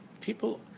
People